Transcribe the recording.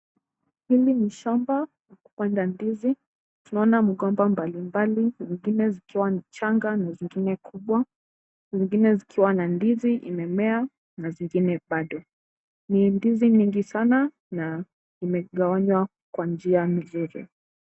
Hili ni shamba la kupanda ndizi. Tunaona mgomba mbali mbali, zingine zikiwa nchanga na zingine zikiwa kubwa, zingine zikiwa na ndizi imemea na zingine bado. Ni ndizi mingi sana na imegawanywa kwa njia mzuri.